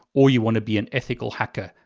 or you want to be an ethical hacker.